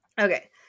okay